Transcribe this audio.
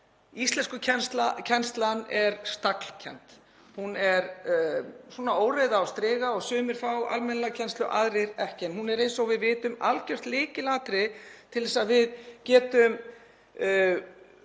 Íslenskukennsla er staglkennd. Hún er svona óreiða á striga og sumir fá almennilega kennslu, aðrir ekki. En hún er, eins og við vitum, algjört lykilatriði til að við getum